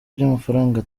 by’amafaranga